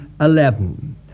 eleven